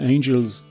Angels